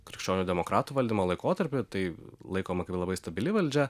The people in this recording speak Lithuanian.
krikščionių demokratų valdymo laikotarpį tai laikoma kaip labai stabili valdžia